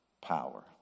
power